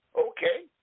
Okay